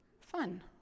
Fun